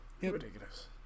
ridiculous